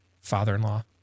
father-in-law